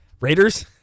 Raiders